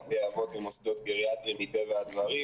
בתי אבות ומוסדות גריאטריים מטבע הדברים.